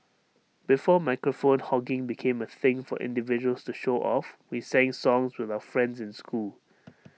before microphone hogging became A thing for individuals to show off we sang songs with our friends in school